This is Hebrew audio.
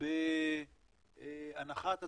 בהנחת התשתיות,